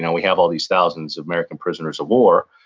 we have all these thousands of american prisoners of war,